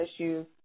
issues